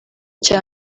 cya